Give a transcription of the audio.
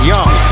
Young